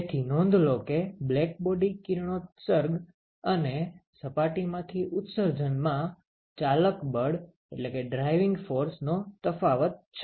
તેથી નોંધ લો કે બ્લેકબોડી કિરણોત્સર્ગ અને તે સપાટીમાંથી ઉત્સર્જનમાં ચાલક બળનો તફાવત છે